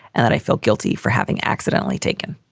and that i feel guilty for having accidentally taken.